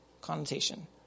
connotation